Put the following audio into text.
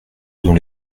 dont